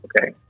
Okay